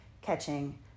catching